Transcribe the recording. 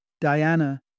Diana